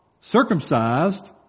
circumcised